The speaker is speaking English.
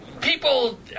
people